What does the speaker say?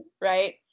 right